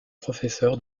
professeur